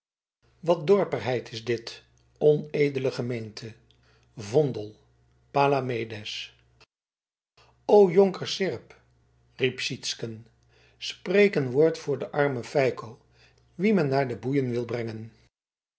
wat dorperheid is dit onedele gemeente vondel palamedes o jonker seerp riep sytsken spreek een woord voor den armen feiko wien men naar de boeien wil brengen